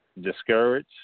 discouraged